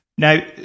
Now